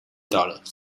dollars